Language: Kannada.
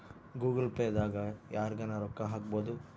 ಗೂಗಲ್ ಪೇ ದಾಗ ಯರ್ಗನ ರೊಕ್ಕ ಹಕ್ಬೊದು